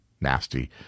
nasty